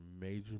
major